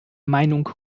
meinung